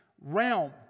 realm